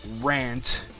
rant